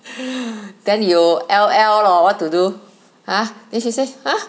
then you L_L lor what to do !huh! then she say !huh!